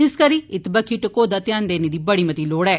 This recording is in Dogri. इस करी इत बक्खी टकोहदा ध्यान देने दी बड़ी मती लोड़ बी ऐ